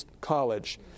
College